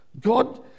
God